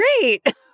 great